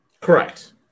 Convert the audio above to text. Correct